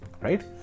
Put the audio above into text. right